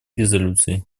резолюции